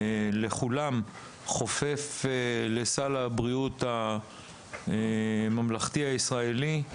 לכולם, חופף לסל הבריאות הישראלי הממלכתי,